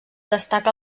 destaca